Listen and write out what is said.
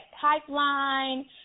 pipeline